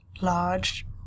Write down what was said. Large